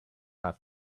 have